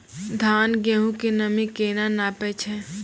धान, गेहूँ के नमी केना नापै छै?